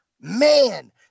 man